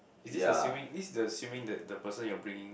is this assuming this assuming that the person you're bringing